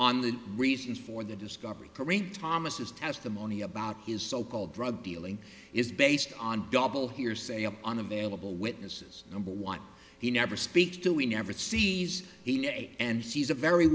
on the reasons for the discovery corinne thomas testimony about his so called drug dealing is based on double hearsay and unavailable witnesses number one he never speaks to we never sees he may and she's a very